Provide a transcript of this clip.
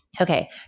Okay